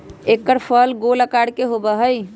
एकर फल गोल आकार के होबा हई